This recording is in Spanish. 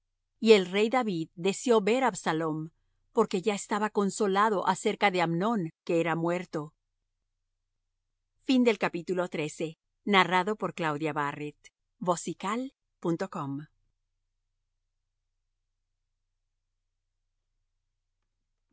y el rey david deseó ver á absalom porque ya estaba consolado acerca de amnón que era muerto y